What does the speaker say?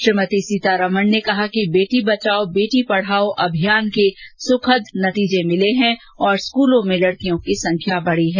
उन्होंने कहा कि बेटी बचाओं बेटी पढाओं अभियान के सुखद नतीजे मिले है और स्कूलों में लडकियों की संख्या बढी है